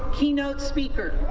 keynote speaker